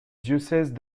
diocèse